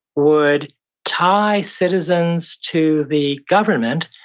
would tie citizens to the government,